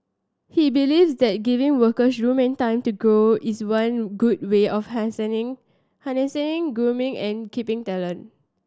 he believes that giving workers room and time to grow is one good way of harnessing grooming and keeping talent